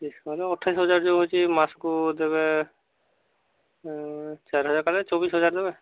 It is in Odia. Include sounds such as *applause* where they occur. *unintelligible* ଅଠେଇଶି ହଜାର *unintelligible* ମାସକୁ ଦେବେ *unintelligible* ଚବିଶି ହଜାର ଦେବେ